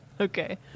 Okay